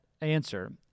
answer